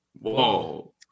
Whoa